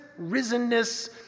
risenness